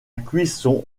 cuisson